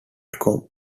com